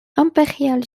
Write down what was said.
impériale